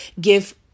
give